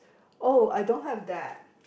oh I don't have that